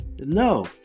no